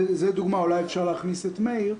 אולי אפשר להכניס את מאיר.